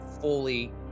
fully